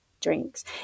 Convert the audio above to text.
drinks